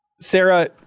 Sarah